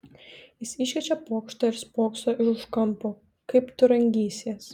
jis iškrečia pokštą ir spokso iš už kampo kaip tu rangysies